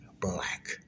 black